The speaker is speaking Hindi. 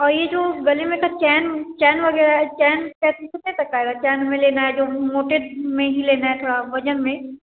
और यह जो गले में की चैन चैन वग़ैरह है चैन चैन कितने तक की आएगी चैन हमें लेना है जो मोटे में ही लेना था थोड़े वज़न में